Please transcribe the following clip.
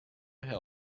health